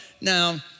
now